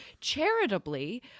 charitably